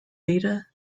beta